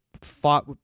fought